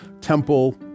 temple